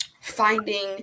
finding